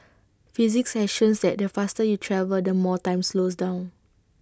physics has shows that the faster you travel the more time slows down